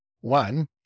one